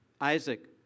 Isaac